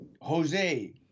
Jose